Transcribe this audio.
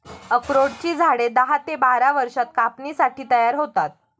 अक्रोडाची झाडे दहा ते बारा वर्षांत कापणीसाठी तयार होतात